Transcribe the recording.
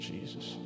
Jesus